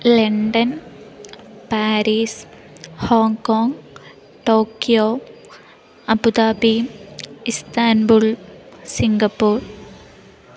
London Paris Hong Kong Tokyo Abu Dhabi Istanbul Singapore